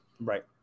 Right